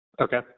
Okay